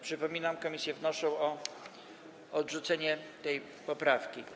Przypominam, komisje wnoszą o odrzucenie tej poprawki.